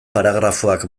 paragrafoak